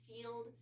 field